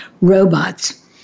robots